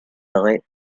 rue